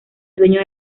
dueño